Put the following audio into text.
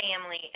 family